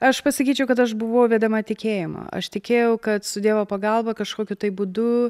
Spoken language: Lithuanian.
aš pasakyčiau kad aš buvau vedama tikėjimo aš tikėjau kad su dievo pagalba kažkokiu tai būdu